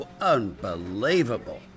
unbelievable